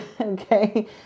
Okay